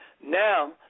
now